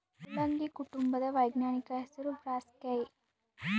ಮುಲ್ಲಂಗಿ ಕುಟುಂಬದ ವೈಜ್ಞಾನಿಕ ಹೆಸರು ಬ್ರಾಸಿಕೆಐ